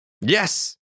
yes